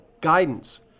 guidance